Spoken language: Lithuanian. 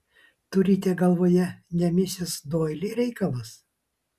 turite galvoje ne misis doili reikalas